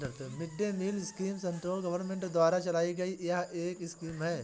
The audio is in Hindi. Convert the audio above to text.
mid day meal scheme central government द्वारा चलाई गई एक स्कीम है